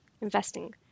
investing